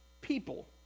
people